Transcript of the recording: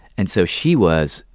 and so she was,